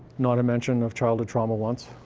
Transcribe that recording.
not a mention of childhood trauma once.